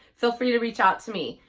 feel free to reach out to me.